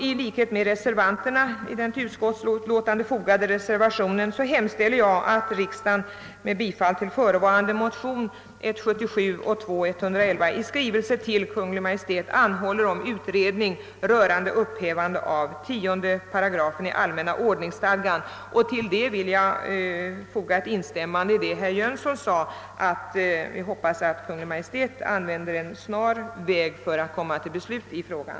I likhet med vad som anföres i den till utskottsutlåtandet fogade reservationen hemställer jag, »att riksdagen måtte med bifall till förevarande motionspar, 1:77 och II: 111, i skrivelse till Kungl. Maj:t anhålla om utredning rörande upphävande av 10 § allmänna ordningsstadgan». Till detta vill jag foga ett instämmande i herr Jönssons i Malmö förhoppning att Kungl. Maj:t skall använda snabbast möjliga väg för att komma till beslut i frågan.